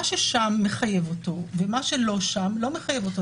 ששם מחייב אותו ומה שלא שם לא מחייב אותו.